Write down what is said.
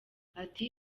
ati